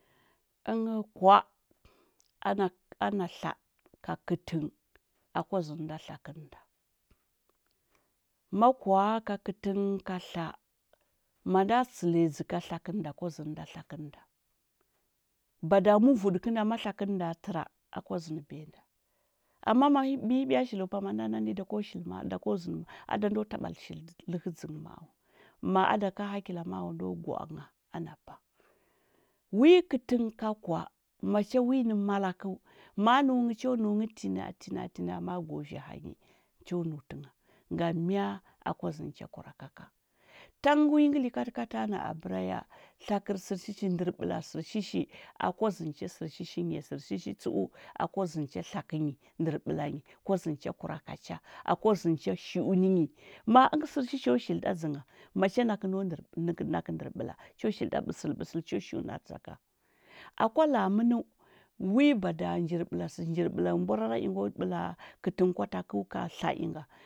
kwa ana ana tla ka kɚtɚng a kwa zɚnda tla kɚnda ma kwa, ka kɚtɚng ka tla, manda tsɚliya dzɚ ka tlakɚnda, kwa zɚndɚ nda tlakɚnda bada murudɚ kɚnd ma tlakɚnda tɚra akwa zɚn dɚbiya nda ama ma ma nihi ɓi shilo pama nda nani da ko shili ma’a da zɚndɚ ada ndo taba shili lɚhɚ dzɚnghɚ ma’a wa. Ma’a ada ka hakila ma’a wa, ndo gwa’a ngha ana pah wi kɚtɚng ka kwa, macha wi nɚ malakɚu, ma’a nɚu nghɚ cho nɚu ngɚ ti na’a tina’a tina’a ma’a go vi hanyi cho nɚu tɚngha ngam mya? Kwa zɚndɚ cha kuraka ka tang wi ngɚ hikatkata na nbɚra ya tlakɚr sɚr shi shi ndɚr ɓɚla sɚr shi shi akwa zɚndɚ cha sɚr shi shi nyi ya sɚr shishi tsɚ’u akwa zɚndɚ cha tlakɚnyi ndɚr ɓɚla nyi kwa zɚndɚ cha kuraka cha akwa zɚndɚ chashi’uni nyi ma’a ɚngɚ sɚr shisho shili ɗa dzɚngha ma cha na ko no ndɚr nɚkɚ ndɚr ɓɚla cho shili ɗa ɓɚsɚl ɓɚsɚl cho shi’uar dzaka akwa la’a mɚn wi bada njir bɚla sɚ njir ɓɚra mborara inga ɓɚla kɚtɚng kwa takɚu ka tla inga.